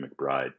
McBride